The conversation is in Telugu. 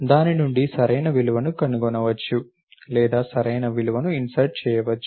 దాని నుండి సరైన విలువను కనుగొనవచ్చు లేదా సరైన విలువను ఇన్సర్ట్ చేయవచ్చు